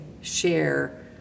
share